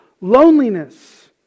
loneliness